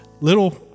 little